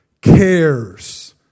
cares